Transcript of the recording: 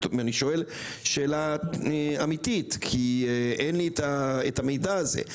אני שואל שאלה אמיתית, כי אין לי את המידע הזה.